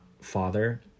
father